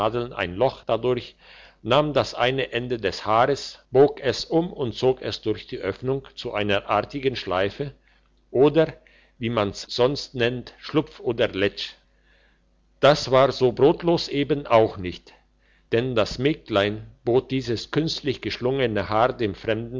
ein loch dadurch nahm das eine ende des haares bog es um und zog es durch die öffnung zu einer artigen schleife oder wie man's sonst nennt schlupf oder letsch das war so brotlos eben auch nicht denn das mägdlein bot dieses künstlich geschlungene haar dem fremden